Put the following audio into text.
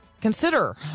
consider